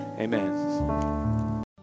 Amen